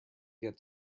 get